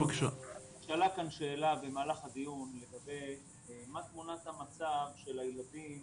נשאלה כאן שאלה במהלך הדיון לגבי מה תמונת המצב של הילדים